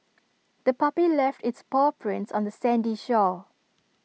the puppy left its paw prints on the sandy shore